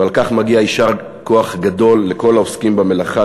ועל כך מגיע יישר כוח גדול לכל העוסקים במלאכה,